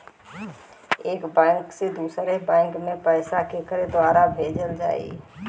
एक बैंक से दूसरे बैंक मे पैसा केकरे द्वारा भेजल जाई?